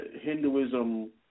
Hinduism